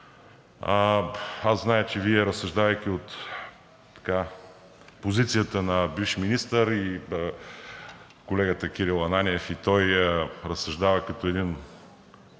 Аз зная, че Вие, разсъждавайки от позицията на бивш министър, и колегата Кирил Ананиев и той разсъждава като един